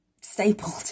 stapled